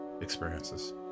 experiences